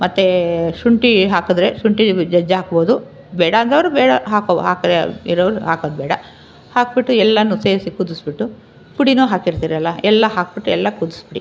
ಮತ್ತೆ ಶುಂಠಿ ಹಾಕಿದರೆ ಶುಂಠಿ ಜಜ್ಜಾಕ್ಬೋದು ಬೇಡ ಅಂದವರು ಬೇಡ ಹಾಕೊ ಹಾಕೇ ಇರೋರು ಹಾಕೋದು ಬೇಡ ಹಾಕಿಬಿಟ್ಟು ಎಲ್ಲನೂ ಸೇರಿಸಿ ಕುದಿಸಿಬಿಟ್ಟು ಪುಡಿನು ಹಾಕಿರ್ತೀರಲ್ಲ ಎಲ್ಲ ಹಾಕ್ಬಿಟ್ಟು ಎಲ್ಲ ಕುದಿಸ್ಬಿಡಿ